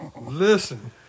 Listen